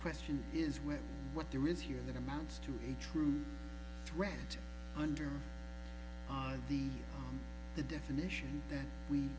question is with what there is here that amounts to a true threat under the the definition that we